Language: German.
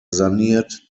saniert